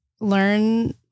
learn